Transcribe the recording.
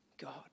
God